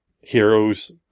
heroes